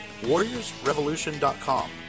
warriorsrevolution.com